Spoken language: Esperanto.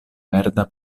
verda